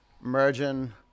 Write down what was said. merging